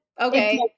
okay